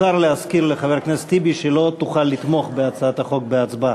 מיותר להזכיר לחבר הכנסת טיבי שלא תוכל לתמוך בהצעת החוק בהצבעה.